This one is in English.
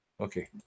Okay